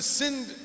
sinned